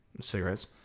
cigarettes